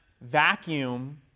vacuum